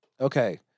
Okay